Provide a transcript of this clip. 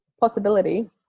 possibility